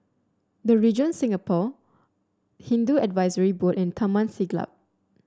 The Regent Singapore Hindu Advisory Board and Taman Siglap